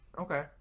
okay